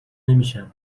نمیشن